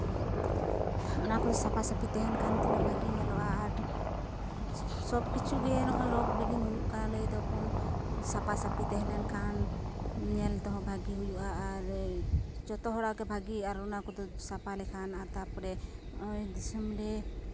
ᱚᱱᱟ ᱠᱚ ᱥᱟᱯᱟᱥᱟᱯᱤ ᱛᱟᱦᱮᱱ ᱠᱷᱟᱱ ᱛᱤᱱᱟᱹᱜ ᱵᱷᱟᱜᱮ ᱧᱮᱞᱚᱜᱼᱟ ᱟᱨ ᱥᱚᱵ ᱠᱤᱪᱷᱩ ᱜᱮ ᱱᱚᱜᱼᱚᱭ ᱨᱳᱜᱽ ᱵᱤᱜᱷᱤᱱ ᱦᱩᱭᱩᱜ ᱠᱟᱱᱟ ᱞᱟᱹᱭ ᱫᱟᱵᱚᱱ ᱥᱟᱯᱟᱼᱥᱟᱹᱯᱤ ᱛᱟᱦᱮᱞᱮᱱᱠᱷᱟᱱ ᱧᱮᱞ ᱛᱮᱦᱚᱸ ᱵᱷᱟᱜᱮ ᱦᱩᱭᱩᱜᱼᱟ ᱟᱨ ᱡᱚᱛᱚ ᱦᱚᱲᱟᱜ ᱜᱮ ᱵᱷᱟᱜᱮ ᱟᱨ ᱚᱱᱟ ᱠᱚᱫᱚ ᱥᱟᱯᱟ ᱞᱮᱠᱷᱟᱱ ᱛᱟᱯᱚᱨᱮ ᱦᱚᱜᱼᱚᱭ ᱫᱤᱥᱚᱢ ᱨᱮ